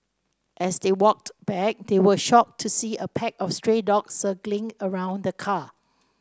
as they walked back they were shocked to see a pack of stray dogs circling around the car